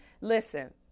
Listen